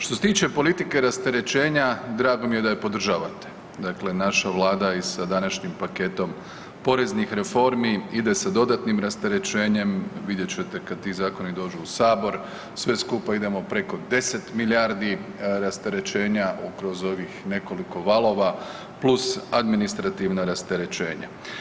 Što se tiče politike rasterećenja drago mi je da je podržavate, dakle naša Vlada i sa današnjim paketom poreznih reformi ide sa dodatnim rasterećenjem, vidjet ćete kada ti zakoni dođu u Sabor sve skupa idemo preko 10 milijardi rasterećenja kroz ovih nekoliko valova plus administrativna rasterećenja.